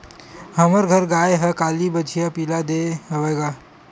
हमर घर गाय ह काली बछिया पिला दे हवय गा